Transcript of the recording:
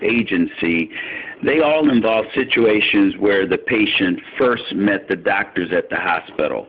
agency they all involve situations where the patient st met the doctors at the hospital